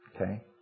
Okay